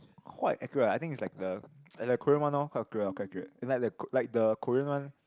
quite accurate ah I think is like the like the Korean one loh quite accurate quite accurate like the like the Korean one